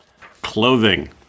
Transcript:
Clothing